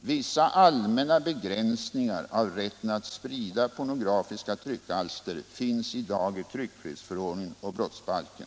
Vissa allmänna begränsningar av rätten att sprida pornografiska tryckalster finns i dag i tryckfrihetsförordningen och brottsbalken.